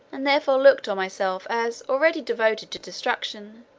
and therefore looked on myself as already devoted to destruction